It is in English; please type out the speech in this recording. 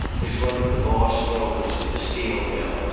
was one of the boss rollers of the steel mill,